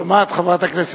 את שומעת, חברת הכנסת?